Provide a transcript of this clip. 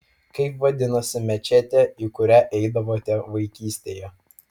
kaip vadinasi mečetė į kurią eidavote vaikystėje